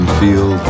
feel